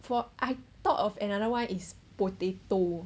for I thought of another one is potato